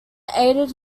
aided